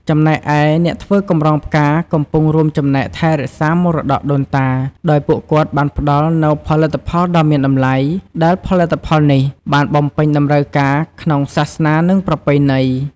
ចំណែកឯ អ្នកធ្វើកម្រងផ្កាកំពុងរួមចំណែកថែរក្សាមរតកដូនតា ដោយពួកគាត់បានផ្ដល់នូវផលិតផលដ៏មានតម្លៃ ដែលផលិតផលនេះបានបំពេញតម្រូវទាំងក្នុងសាសនា និងប្រពៃណី។